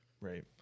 Right